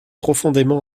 profondément